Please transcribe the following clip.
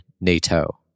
NATO